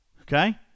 okay